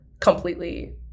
completely